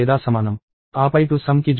ఆపై 2 సమ్ కి జోడించబడుతుంది మరియు మొదలైనవి